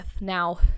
Now